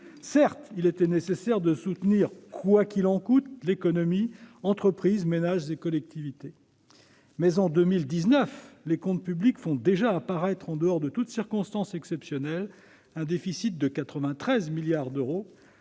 Certes, il était nécessaire de soutenir « quoi qu'il en coûte » l'économie, les entreprises, les ménages et les collectivités. Toutefois, en 2019, les comptes publics faisaient déjà apparaître, en dehors de toute circonstance exceptionnelle, un déficit de 93 milliards d'euros,